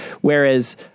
whereas